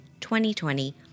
2020